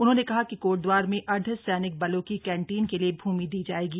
उन्होंने कहा कि कोटदवार में अर्दध सम्रिक बलों की कैंटीन के लिए भूमि दी जायेगी